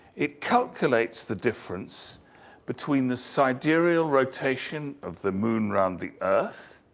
it calculates the difference between the sidereal rotation of the moon around the earth,